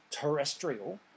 terrestrial